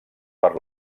per